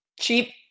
Cheap